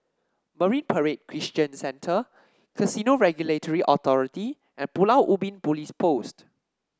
Marine Parade Christian Center Casino Regulatory Authority and Pulau Ubin Police Post